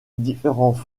différentes